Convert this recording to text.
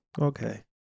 okay